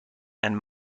and